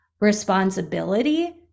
responsibility